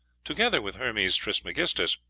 together with hermes trismegistus,